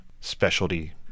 specialty